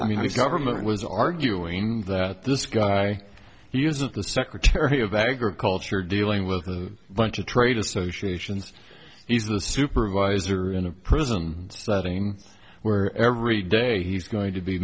i mean the government was arguing that this guy uses the secretary of agriculture dealing with a bunch of trade associations he's the supervisor in a prison setting where every day he's going to be